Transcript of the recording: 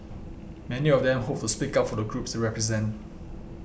many of them hope to speak up for the groups they represent